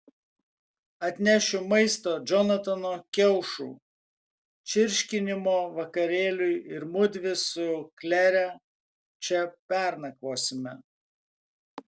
atnešiu maisto džonatano kiaušų čirškinimo vakarėliui ir mudvi su klere čia pernakvosime